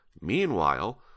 meanwhile